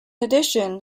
addition